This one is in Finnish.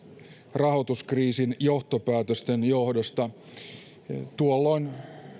rahoituskriisin johtopäätösten johdosta tuolloin